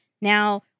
Now